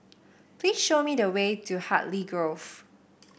please show me the way to Hartley Grove